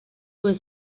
was